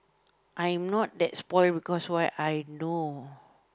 I'm not that spoiled because why I know